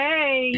Hey